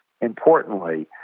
importantly